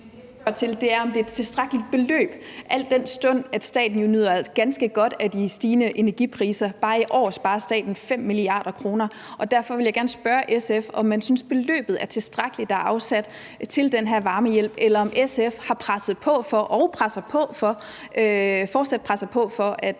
til, er, om det er et tilstrækkeligt beløb, al den stund at staten jo nyder ganske godt af de stigende energipriser. Bare i år sparer staten 5 mia. kr., og derfor vil jeg gerne spørge SF, om man synes, beløbet, der er afsat til den her varmehjælp, er tilstrækkeligt, eller om SF har presset på og fortsat presser på for, at